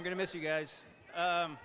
i'm going to miss you guys